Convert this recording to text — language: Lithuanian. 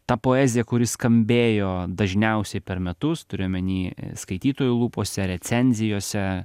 tą poeziją kuri skambėjo dažniausiai per metus turiu omeny skaitytojų lūpose recenzijose